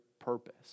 purpose